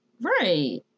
right